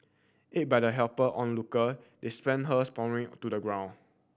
aid by the helper onlooker they spent her sprawling to the ground